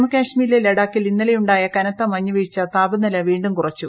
ജമ്മുകാശ്മീരിലെ ലഡാക്കിൽ ഇന്നലെയുണ്ടായ കനത്ത മഞ്ഞ് വീഴ്ച താപനില വീണ്ടും കുറച്ചു